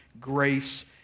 grace